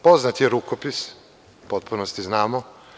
Prvo, poznat je rukopis, u potpunosti znamo.